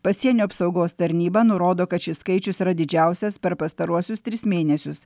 pasienio apsaugos tarnyba nurodo kad šis skaičius yra didžiausias per pastaruosius tris mėnesius